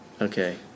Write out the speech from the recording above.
Okay